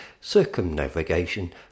circumnavigation